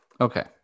Okay